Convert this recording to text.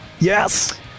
Yes